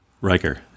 Riker